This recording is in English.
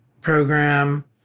program